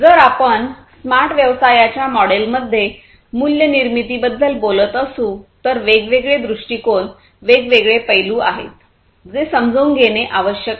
जर आपण स्मार्ट व्यवसायाच्या मॉडेलमध्ये मूल्य निर्मितीबद्दल बोलत असू तर वेगवेगळे दृष्टीकोन वेगवेगळे पैलू आहेत जे समजून घेणे आवश्यक आहे